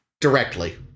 Directly